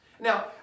Now